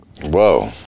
whoa